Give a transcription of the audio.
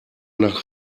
nach